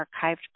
archived